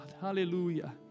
Hallelujah